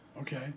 Okay